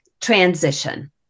transition